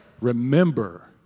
remember